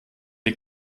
die